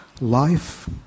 life